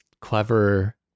clever